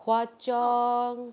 hwa chong